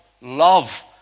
love